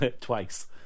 Twice